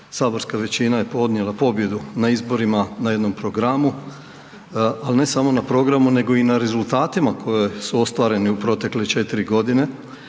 saborska većina je odnijela pobjedu na izborima na jednom programu ali ne samo na programu nego i na rezultatima koji su ostvareni u protekle 4 g.